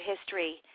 history